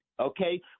okay